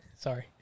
Sorry